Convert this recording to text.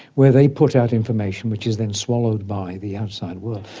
where they put out information which is then swallowed by the outside world.